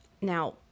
Now